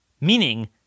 meaning